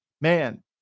man